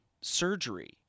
surgery